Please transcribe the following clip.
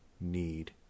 need